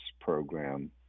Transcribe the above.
program